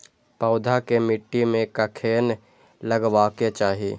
पौधा के मिट्टी में कखेन लगबाके चाहि?